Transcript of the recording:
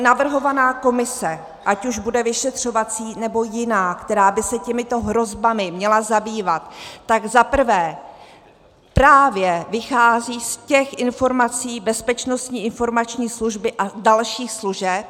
Navrhovaná komise, ať už bude vyšetřovací, nebo jiná, která by se těmito hrozbami měla zabývat, tak za prvé právě vychází z těch informací Bezpečnostní informační služby a dalších služeb.